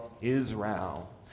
Israel